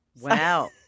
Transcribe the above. Wow